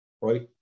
right